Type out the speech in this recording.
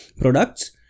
products